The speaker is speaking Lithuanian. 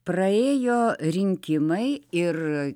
praėjo rinkimai ir